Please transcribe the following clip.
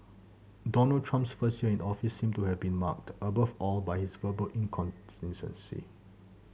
Donald Trump's first year in the office seem to have been marked above all by his verbal incontinence